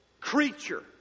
creature